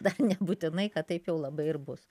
dar nebūtinai kad taip jau labai ir bus